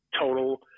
total